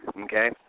Okay